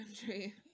country